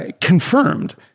confirmed